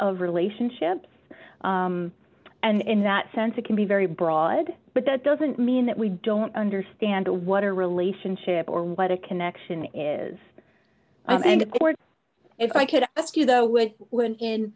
of relationships and in that sense it can be very broad but that doesn't mean that we don't understand what a relationship or what a connection is and if i could ask you the way i would